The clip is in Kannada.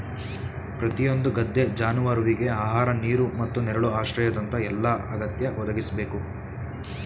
ಪ್ರತಿಯೊಂದು ಗದ್ದೆ ಜಾನುವಾರುವಿಗೆ ಆಹಾರ ನೀರು ಮತ್ತು ನೆರಳು ಆಶ್ರಯದಂತ ಎಲ್ಲಾ ಅಗತ್ಯ ಒದಗಿಸ್ಬೇಕು